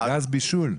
גז בישול?